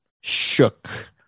shook